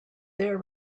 their